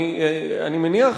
אני מניח,